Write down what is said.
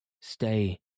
Stay